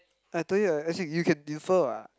I told you I as in you can infer [what]